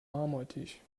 marmortisch